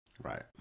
Right